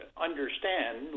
understand